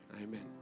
Amen